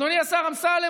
אדוני השר אמסלם,